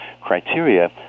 criteria